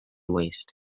waste